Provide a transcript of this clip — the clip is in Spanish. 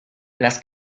las